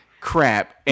crap